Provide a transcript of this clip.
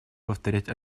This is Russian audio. повторять